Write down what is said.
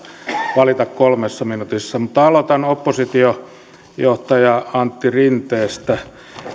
valita kolmessa minuutissa aloitan oppositiojohtaja antti rinteestä